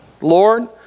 Lord